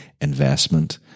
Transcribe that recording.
investment